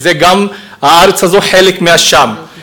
וגם הארץ הזאת חלק מא-שאם,